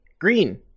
Green